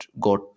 got